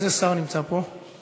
איזה שר נמצא פה?